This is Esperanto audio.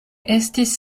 estis